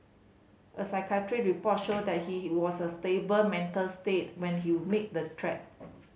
a psychiatric report showed that he he was a stable mental state when he made the threat